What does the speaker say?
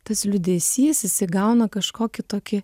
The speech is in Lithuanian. tas liūdesys jis įgauna kažkokį tokį